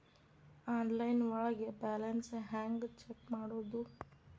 Online ಒಳಗೆ balance ಹ್ಯಾಂಗ check ಮಾಡೋದು?